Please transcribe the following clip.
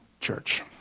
church